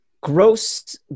Gross